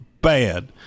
bad